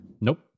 Nope